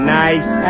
nice